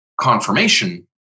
confirmation